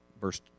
verse